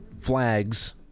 flags